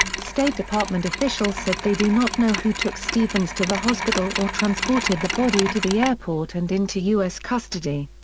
state department officials said they do not know who took stevens to the hospital or transported the body to the airport and into u s. custody.